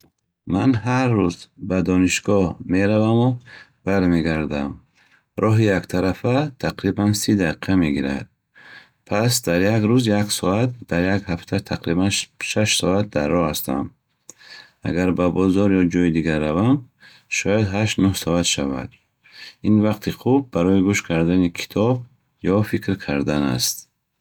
Ман ҳар рӯз ба донишгоҳ мераваму бармегардам. Роҳи яктарафа тақрибан 30 дақиқа мегирад. Пас, дар як рӯз як соат, дар як ҳафта тақрибан 6 соат дар роҳ ҳастам. Агар ба бозор ё ҷойи дигар равам, шояд ҳашт нуҳ соат шавад. Ин вақти хуб барои гӯш кардани китоб ё фикр кардан аст.